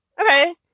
okay